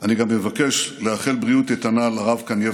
אני גם מבקש לאחל בריאות איתנה לרב קנייבסקי,